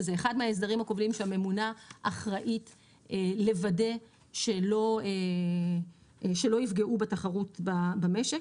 שזה אחד מההסדרים הכובלים שהממונה אחראית לוודא שלא יפגעו בתחרות במשק.